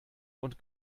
und